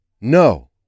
No